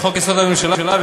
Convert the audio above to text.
לחוק-יסוד: הממשלה,